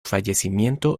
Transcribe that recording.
fallecimiento